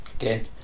again